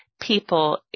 people